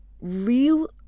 real